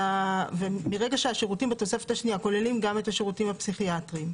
כשהם כוללים גם את השירותים הפסיכיאטריים,